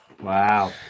Wow